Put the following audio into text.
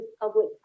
public